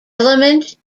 element